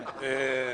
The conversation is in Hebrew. המיסים.